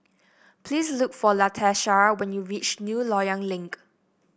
please look for Latesha when you reach New Loyang Link